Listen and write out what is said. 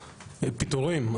פיטורים,